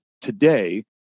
today